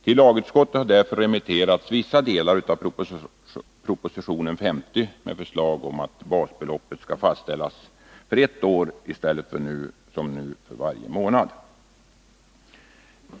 Till lagutskottet har därför remitterats vissa delar av mm.m. propositionen 50 med förslag att basbeloppet skall fastställas för ett år i stället för som nu för varje månad.